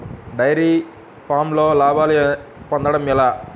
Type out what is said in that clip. Dairy ఫామ్లో లాభాలు పొందడం ఎలా?